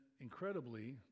incredibly